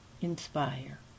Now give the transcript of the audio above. inspire